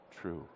true